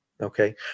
Okay